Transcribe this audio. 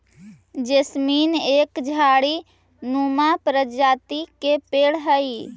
jasmine एक झाड़ी नुमा प्रजाति के पेड़ हई